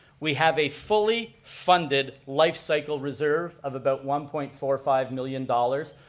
we have a fully funded life cycle reserve of about one point four five million dollars.